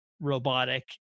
robotic